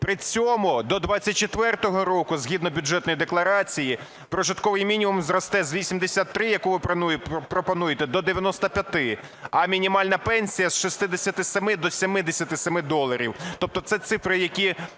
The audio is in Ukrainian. При цьому до 24-го року згідно Бюджетної декларації прожитковий мінімум зросте з 83, яку ви пропонуєте, до 95, а мінімальна пенсія з 67 до 77 доларів. Тобто це цифри, які,